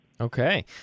Okay